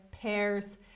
pears